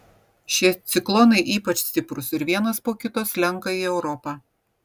šie ciklonai ypač stiprūs ir vienas po kito slenka į europą